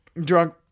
drunk